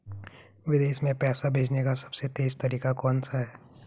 विदेश में पैसा भेजने का सबसे तेज़ तरीका कौनसा है?